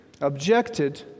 objected